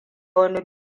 wani